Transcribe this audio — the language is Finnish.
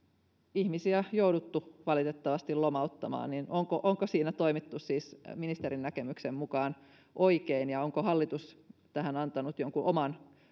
ihmisiä jouduttu valitettavasti lomauttamaan niin onko onko siinä toimittu siis ministerin näkemyksen mukaan oikein ja onko hallitus tähän antanut jonkun oman